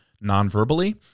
non-verbally